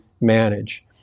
manage